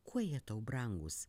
kuo jie tau brangūs